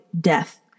death